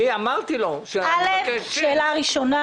שאלה ראשונה